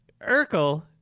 Urkel